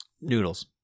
Noodles